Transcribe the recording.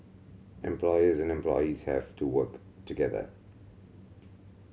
employers and employees have to work together